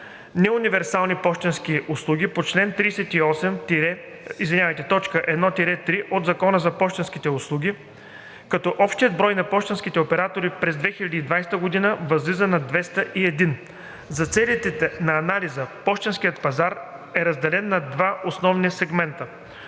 неуниверсални пощенски услуги (НПУ) по чл. 38, т. 1 – 3 от Закона за пощенските услуги, като общият брой на пощенските оператори през 2020 г. възлиза на 201. За целите на анализа пощенският пазар е разделен на два основни сегмента